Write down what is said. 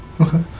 Okay